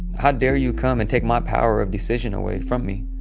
how dare you come and take my power of decision away from me?